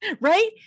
Right